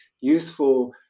useful